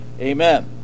Amen